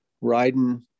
riding